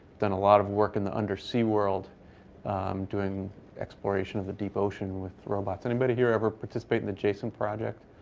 done a lot of work in the undersea world doing exploration of the deep ocean with robots. anybody here ever participate in the jason project?